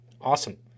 Awesome